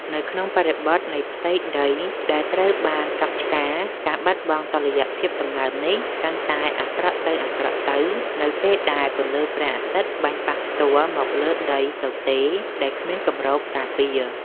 នៅក្នុងបរិបទនៃផ្ទៃដីដែលត្រូវបានកាប់ឆ្ការ ការបាត់បង់តុល្យភាពសំណើមនេះកាន់តែអាក្រក់ទៅៗ នៅពេលដែលពន្លឺព្រះអាទិត្យបាញ់ប៉ះផ្ទាល់មកលើដីទទេរដែលគ្មានគម្របការពារ។